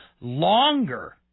longer